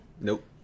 Nope